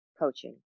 coaching